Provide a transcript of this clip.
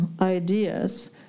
ideas